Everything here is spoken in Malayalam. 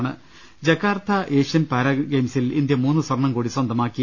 ്്്്്്് ജക്കാർത്ത ഏഷ്യൻ പാര ഗെയിംസിൽ ഇന്ത്യ മൂന്ന് സ്വർണ്ണം കൂടി സ്വന്തമാക്കി